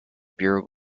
bureau